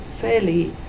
fairly